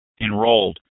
enrolled